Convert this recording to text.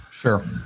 Sure